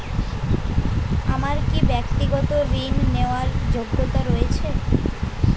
আমার কী ব্যাক্তিগত ঋণ নেওয়ার যোগ্যতা রয়েছে?